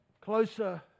Closer